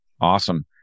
Awesome